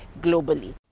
globally